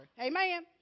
Amen